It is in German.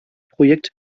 projekt